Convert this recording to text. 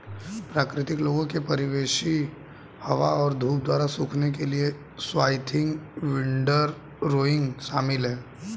प्राकृतिक लोगों के परिवेशी हवा और धूप द्वारा सूखने के लिए स्वाथिंग विंडरोइंग शामिल है